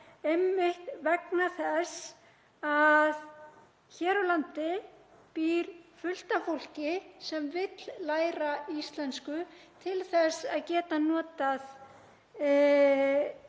einmitt vegna þess að hér á landi býr fullt af fólki sem vill læra íslensku til þess að geta notað